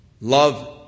Love